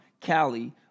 Cali